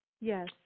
Yes